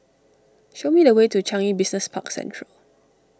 show me the way to Changi Business Park Central